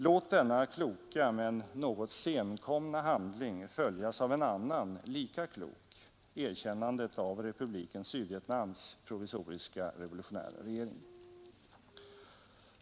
Låt denna kloka men något senkomna handling följas av en annan lika klok — erkännandet av Republiken Sydvietnams provisoriska revolutionära regering.